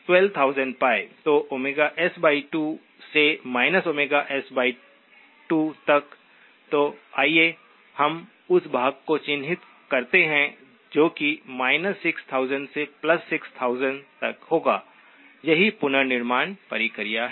तो s2 से s2 तक तो आइए हम उस भाग को चिह्नित करते हैं जो कि 6000 से 6000 तक होगा यही पुनर्निर्माण प्रक्रिया है